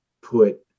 put